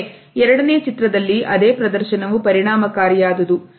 ಆದರೆ ಎರಡನೇ ಚಿತ್ರದಲ್ಲಿ ಅದೇ ಪ್ರದರ್ಶನವು ಪರಿಣಾಮಕಾರಿಯಾದುದು